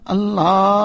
Allah